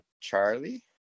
Charlie